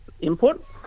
input